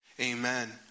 Amen